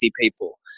people